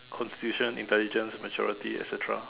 constitution intelligence maturity et cetera